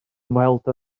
ymweld